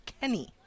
Kenny